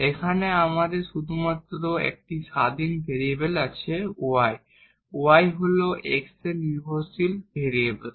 এখানে শুধুমাত্র একটি ইন্ডিপেন্ডেট ভেরিয়েবল আছে y হল x এর উপর ডিপেন্ডেট ভেরিয়েবল